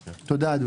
תודה.